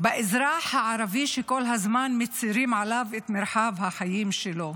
האזרח הערבי, שכל הזמן מצרים את מרחב החיים שלו.